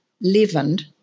leavened